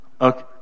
Okay